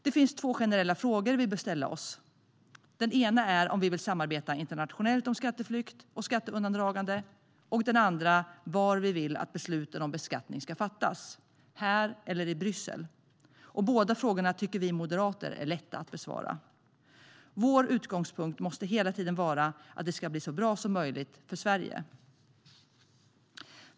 Det finns två generella frågor vi bör ställa oss. Den ena är om vi vill samarbeta internationellt om skatteflykt och skatteundandragande, och den andra var vi vill att besluten om beskattning ska fattas. Här eller i Bryssel? Båda frågorna tycker vi moderater är lätta att besvara. Vår utgångspunkt måste hela tiden vara att det ska bli så bra som möjligt för Sverige.